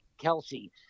Kelsey